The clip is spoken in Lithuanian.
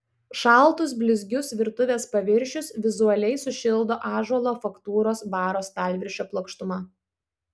šaltus blizgius virtuvės paviršius vizualiai sušildo ąžuolo faktūros baro stalviršio plokštuma